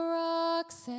rocks